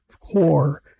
core